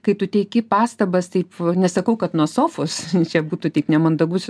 kai tu teiki pastabas taip nesakau kad nuo sofos čia būtų taip nemandagu